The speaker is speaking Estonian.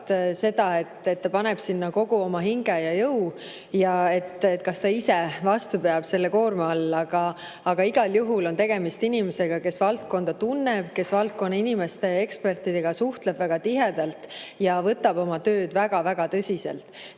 seda, kuidas ta paneb sinna kogu oma hinge ja jõu ning kuidas ta ise selle koorma all vastu peab. Aga igal juhul on tegemist inimesega, kes valdkonda tunneb, kes valdkonnainimeste ja -ekspertidega suhtleb väga tihedalt ja võtab oma tööd väga-väga tõsiselt.